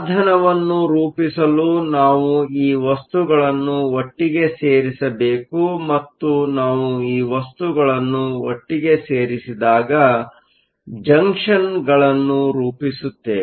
ಸಾಧನವನ್ನು ರೂಪಿಸಲು ನಾವು ಈ ವಸ್ತುಗಳನ್ನು ಒಟ್ಟಿಗೆ ಸೇರಿಸಬೇಕು ಮತ್ತು ನಾವು ಈ ವಸ್ತುಗಳನ್ನು ಒಟ್ಟಿಗೆ ಸೇರಿಸಿದಾಗ ಜಂಕ್ಷನ್ಗಳನ್ನು ರೂಪಿಸುತ್ತೇವೆ